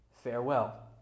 Farewell